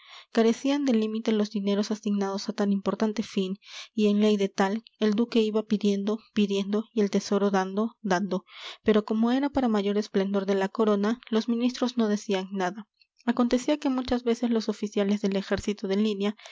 carecían de límite los dineros asignados a tan importante fin y en ley de tal el duque iba pidiendo pidiendo y el tesoro dando dando pero como era para mayor esplendor de la corona los ministros no decían nada acontecía que muchas veces los oficiales del ejército de línea